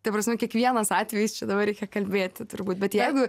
ta prasme kiekvienas atvejis čia dabar reikia kalbėti turbūt bet jeigu